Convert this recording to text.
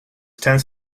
tense